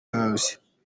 house